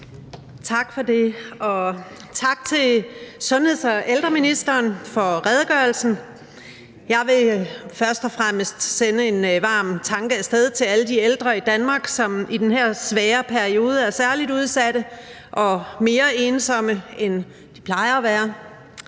Tak for det. Og tak til sundheds- og ældreministeren for redegørelsen. Jeg vil først og fremmest sende en varm tanke af sted til alle de ældre i Danmark, som i den her svære periode er særligt udsatte og mere ensomme, end de plejer at være.